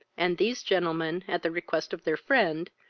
and these gentlemen, at the request of their friend,